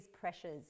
pressures